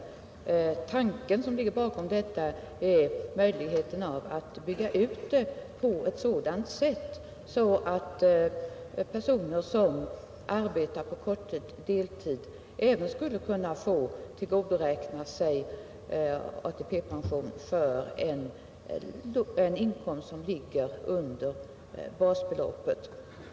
Den tanke som ligger bakom vårt förslag är möjligheten att bygga ut systemet så att korttidsanställda och deltidsanställda också skulle kunna få tillgodoräkna sig ATP-pension för en inkomst som ligger under basbeloppet.